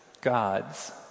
God's